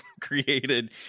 created